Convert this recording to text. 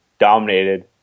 dominated